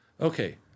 Okay